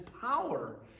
power